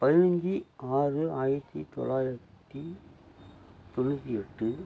பதினைஞ்சி ஆறு ஆயிரத்து தொள்ளாயிரத்தி தொண்ணூற்றி எட்டு